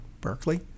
Berkeley